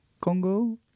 Congo